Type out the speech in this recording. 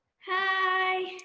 hi,